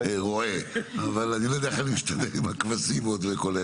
רועה אבל אני לא יודע איך אני אסתדר עם הכבשים והכול.